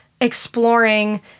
exploring